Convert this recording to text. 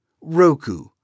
Roku